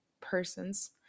persons